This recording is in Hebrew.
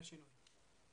של הוועדה.